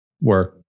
work